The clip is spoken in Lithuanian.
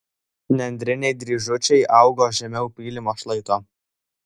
nendriniai dryžučiai augo žemiau pylimo šlaito